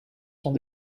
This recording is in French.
sont